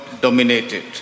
dominated